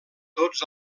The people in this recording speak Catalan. tots